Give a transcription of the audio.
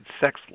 sex